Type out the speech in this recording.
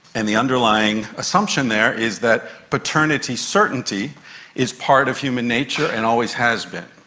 and the underlying assumption there is that paternity certainty is part of human nature and always has been.